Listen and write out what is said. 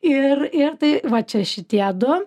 ir ir tai va čia šitie du